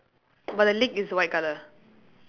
but the leg is white colour